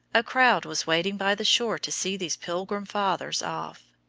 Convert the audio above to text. a crowd was waiting by the shore to see these pilgrim fathers off.